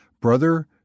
brother